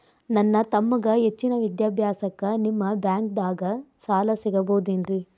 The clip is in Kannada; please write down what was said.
ನನ್ನ ತಮ್ಮಗ ಹೆಚ್ಚಿನ ವಿದ್ಯಾಭ್ಯಾಸಕ್ಕ ನಿಮ್ಮ ಬ್ಯಾಂಕ್ ದಾಗ ಸಾಲ ಸಿಗಬಹುದೇನ್ರಿ?